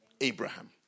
Abraham